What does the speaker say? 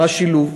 זה שילוב,